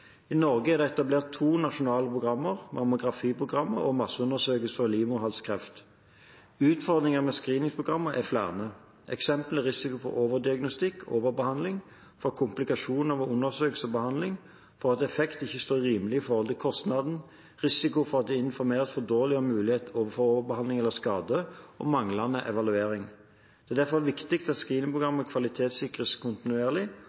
I Norge er det etablert to nasjonale programmer, mammografiprogrammet og masseundersøkelse for livmorhalskreft. Utfordringer med screeningprogrammer er flere. Eksempler er risiko for overdiagnostikk og overbehandling, for komplikasjoner ved undersøkelse og behandling, for at effekt ikke står i et rimelig forhold til kostnad, risiko for at det informeres for dårlig om mulighet for overbehandling eller skade, og manglende evaluering. Det er derfor viktig at screeningprogrammer kvalitetssikres kontinuerlig,